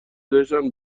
داشتن